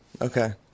Okay